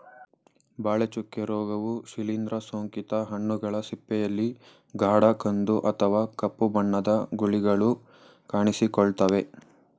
ಬಾಳೆ ಚುಕ್ಕೆ ರೋಗವು ಶಿಲೀಂದ್ರ ಸೋಂಕಿತ ಹಣ್ಣುಗಳ ಸಿಪ್ಪೆಯಲ್ಲಿ ಗಾಢ ಕಂದು ಅಥವಾ ಕಪ್ಪು ಬಣ್ಣದ ಗುಳಿಗಳು ಕಾಣಿಸಿಕೊಳ್ತವೆ